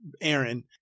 Aaron